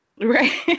Right